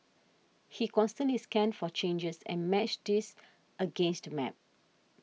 he constantly scanned for changes and matched these against map